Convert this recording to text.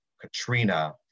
Katrina